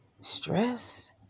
stress